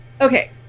okay